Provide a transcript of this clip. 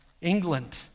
England